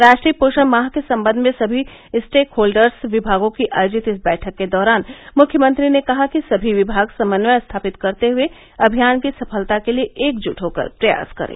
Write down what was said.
राष्ट्रीय पोषण माह के संबंध में सभी स्टेकहोल्डर्स विभागों की आयोजित इस बैठक के दौरान मुख्यमंत्री ने कहा कि सभी विभाग समन्वय स्थापित करते हुए अभियान की सफलता के लिये एकजुट होकर प्रयास करे